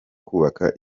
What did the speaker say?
kubaka